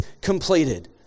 completed